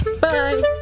Bye